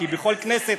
כי בכל כנסת,